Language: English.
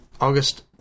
August